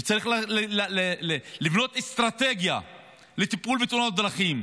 וצריך לבנות אסטרטגיה לטיפול בתאונות דרכים.